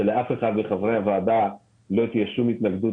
שלאף אחד מחברי הוועדה לא תהיה כל התנגדות